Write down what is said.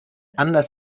anders